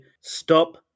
stop